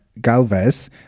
Galvez